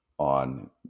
on